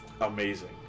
Amazing